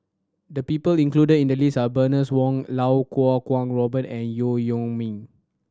the people included in the list are Bernice Wong Lau Kuo Kwong Robert and Yeo Yeow Kwang